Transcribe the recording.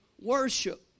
worship